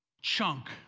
chunk